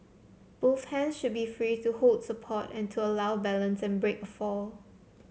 both hands should be free to hold support and to allow balance and break a fall